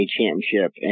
Championship